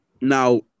Now